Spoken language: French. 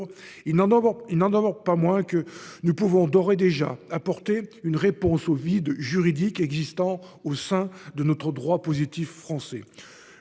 il n'en demeure pas moins que nous pouvons d'ores et déjà apporter une réponse au vide juridique existant au sein de notre droit positif français.